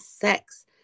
sex